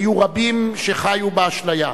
היו רבים שחיו באשליה.